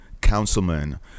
councilman